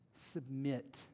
Submit